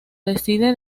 decide